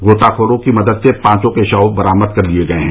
गोताखोरों की मदद से पांचों के शव बरामद कर लिए गए हैं